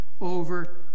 over